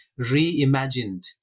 reimagined